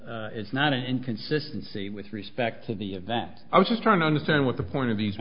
it's not an inconsistency with respect to the event i was just trying to understand what the point of these